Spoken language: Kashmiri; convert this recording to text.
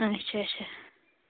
اچھا اچھا